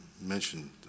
mentioned